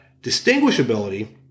distinguishability